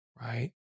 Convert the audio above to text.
right